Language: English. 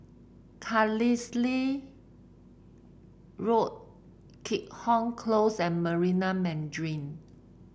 Carlisle Road Keat Hong Close and Marina Mandarin